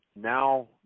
Now